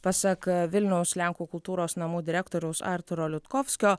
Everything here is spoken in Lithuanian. pasak vilniaus lenkų kultūros namų direktoriaus artūro liudkovskio